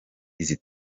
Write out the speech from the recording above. izi